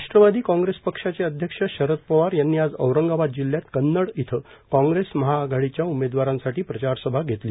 राष्ट्रवादी काँग्रेस पक्षाचे अध्यक्ष शरद पवार यांनी आज औरंगाबाद जिल्ह्यात कन्नड इथं काँग्रेस महाआघाडीच्या उमेदवारांसाठी प्रचार सभा घेतली